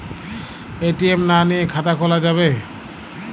ATM না নিয়ে খাতা খোলা যাবে?